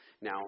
Now